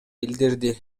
билдирди